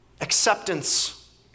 acceptance